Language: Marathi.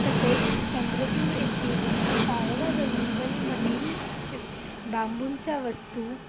तसेच चंद्रपूर येथील ताडोबा जंगल मधील बांबूच्या वस्तू